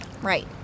Right